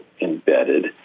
embedded –